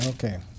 Okay